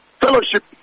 fellowship